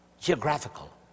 geographical